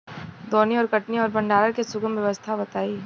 दौनी और कटनी और भंडारण के सुगम व्यवस्था बताई?